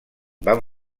van